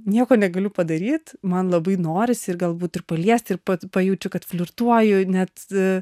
nieko negaliu padaryt man labai norisi ir galbūt ir paliesti ir pats pajučiu kad flirtuoju net